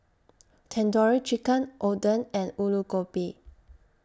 Tandoori Chicken Oden and Alu Gobi